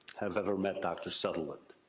have ever met dr. sutherland.